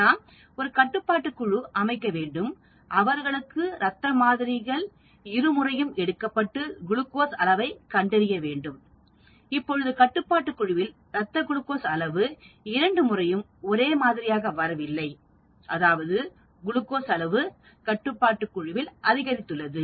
நாம் ஒரு கட்டுப்பாட்டு குழு அமைக்க வேண்டும் அவர்களுக்கு ரத்த மாதிரிகள் இருமுறையும் எடுக்கப்பட்டு குளுக்கோஸ் அளவை கண்டறிய வேண்டும் இப்பொழுது கட்டுப்பாட்டு குழுவில் ரத்த குளுக்கோஸ் அளவு இரண்டு முறையும் ஒரே மாதிரியாக வரவில்லை அதாவது குளுக்கோஸ் அளவு கட்டுப்பாட்டு குழுவில் அதிகரித்துள்ளது